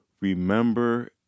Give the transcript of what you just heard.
remember